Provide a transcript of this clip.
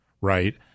right